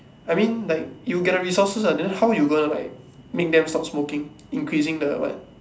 I mean like you get the resources ah then how you gonna like make them stop smoking increasing the what